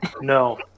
No